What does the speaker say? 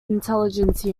intelligence